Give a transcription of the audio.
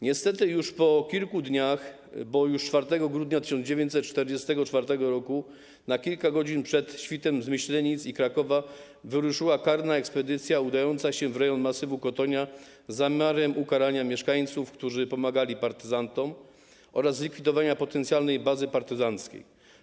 Niestety już po kilku dniach, bo już 4 grudnia 1944 r., na kilka godzin przed świtem z Myślenic i Krakowa wyruszyła karna ekspedycja udająca się w rejon masywu Kotonia z zamiarem ukarania mieszkańców, którzy pomagali partyzantom, oraz zlikwidowania potencjalnej bazy partyzanckiej.